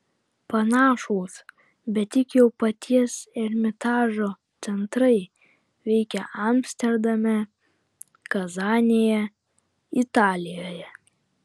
panašūs bet tik jau paties ermitažo centrai veikia amsterdame kazanėje italijoje